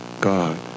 God